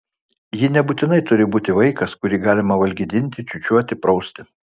ji nebūtinai turi būti vaikas kurį galima valgydinti čiūčiuoti prausti